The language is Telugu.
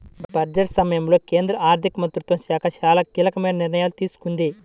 బడ్జెట్ సమయంలో కేంద్ర ఆర్థిక మంత్రిత్వ శాఖ చాలా కీలకమైన నిర్ణయాలు తీసుకుంది